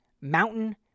Mountain